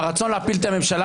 והרצון להפיל את הממשלה,